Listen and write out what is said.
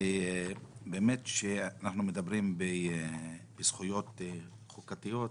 כשאנחנו מדברים על זכויות חוקתיות,